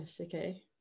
okay